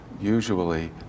usually